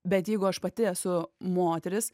bet jeigu aš pati esu moteris